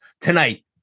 tonight